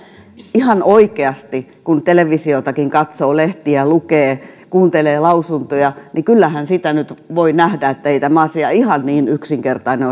ihan oikeasti kun televisiotakin katsoo lehtiä lukee kuuntelee lausuntoja kyllähän siitä nyt voi nähdä ettei tämä asia ihan niin yksinkertainen